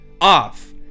off